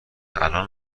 الان